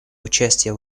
участие